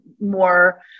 more